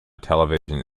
television